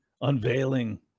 unveiling